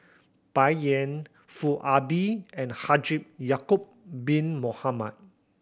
Bai Yan Foo Ah Bee and Haji Ya'acob Bin Mohamed